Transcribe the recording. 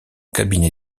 cabinet